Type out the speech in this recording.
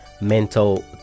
mental